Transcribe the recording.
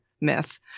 myth